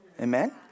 Amen